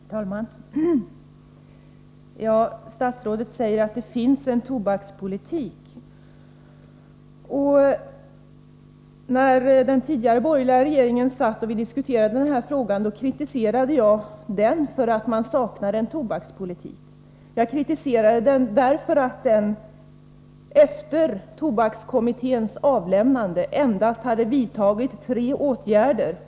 Herr talman! Statsrådet Sigurdsen säger att det finns en tobakspolitik. När vi tidigare diskuterade den här frågan kritiserade jag den borgerliga regeringen för att den saknade en tobakspolitik. Jag kritiserade den regeringen därför att den efter att tobakskommitténs betänkande hade avlämnats endast hade vidtagit tre åtgärder.